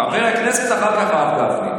חבר הכנסת, אחר כך הרב גפני.